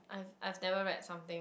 I've I've never read something